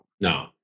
No